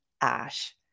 ash